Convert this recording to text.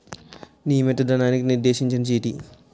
నియమిత ధనానికి నిర్దేశించిన చీటీ